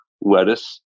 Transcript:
lettuce